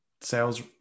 sales